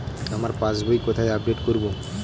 আমার পাস বই কোথায় আপডেট করব?